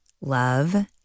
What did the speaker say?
love